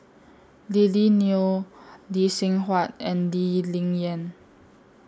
Lily Neo Lee Seng Huat and Lee Ling Yen